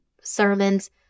sermons